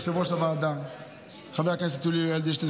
ליושב-ראש הוועדה חבר הכנסת יולי אדלשטיין,